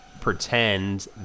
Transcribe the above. pretend